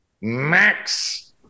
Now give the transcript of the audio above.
Max